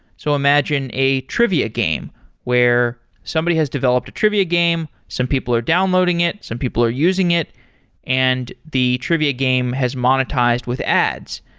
so imagine a trivia game where somebody has developed a trivia game, some people are downloading it, some people are using it and the trivia game has monetized with ads.